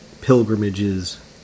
pilgrimages